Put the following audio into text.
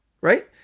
right